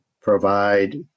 provide